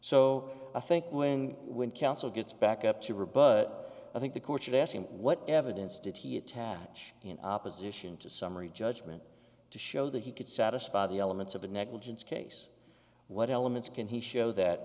so i think when when counsel gets back up to rebut i think the court should ask him what evidence did he attach in opposition to summary judgment to show that he could satisfy the elements of the negligence case what elements can he show that